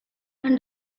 and